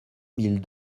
mille